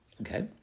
Okay